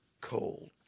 cold